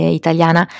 italiana